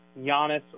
Giannis